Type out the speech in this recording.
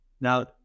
Now